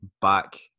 back